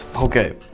okay